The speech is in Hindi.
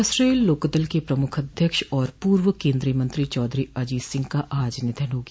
राष्ट्रीय लोकदल के प्रमुख अध्यक्ष व पूर्व केन्द्रीय मंत्री चौधरी अजित सिंह का आज निधन हो गया